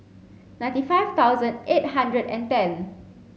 ninety five thousand eight hundred and ten